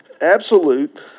absolute